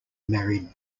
married